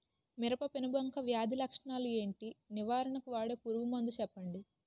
మిరప పెనుబంక వ్యాధి లక్షణాలు ఏంటి? నివారణకు వాడే పురుగు మందు చెప్పండీ?